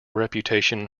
reputation